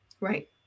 right